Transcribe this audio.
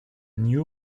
new